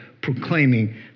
proclaiming